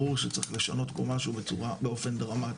ברור שצריך לשנות פה משהו באופן דרמטי.